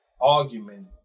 argument